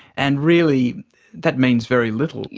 and really that means very little.